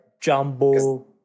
Jumbo